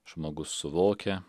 žmogus suvokia